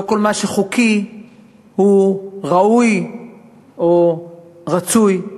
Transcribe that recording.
לא כל מה שחוקי הוא ראוי או רצוי.